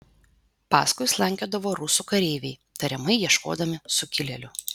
paskui slankiodavo rusų kareiviai tariamai ieškodami sukilėlių